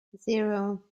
zero